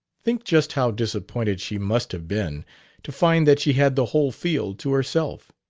think just how disappointed she must have been to find that she had the whole field to herself!